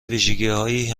ویژگیهایی